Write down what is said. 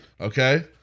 Okay